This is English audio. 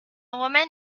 woman